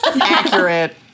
Accurate